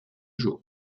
jour